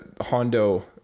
Hondo